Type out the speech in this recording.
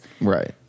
Right